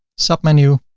sub menu.